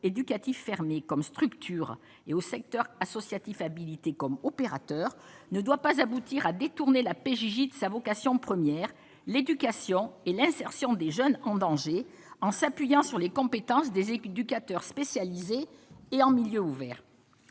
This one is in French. éducatif fermé comme structure et au secteur associatif habilité comme opérateur ne doit pas aboutir à détourner la PJJ de sa vocation première, l'éducation et l'insertion des jeunes en danger en s'appuyant sur les compétences des équipes éducateur spécialisé et en milieu ouvert,